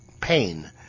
pain